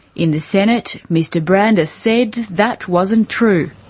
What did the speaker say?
in the senate, mr brandis said that wasn't true.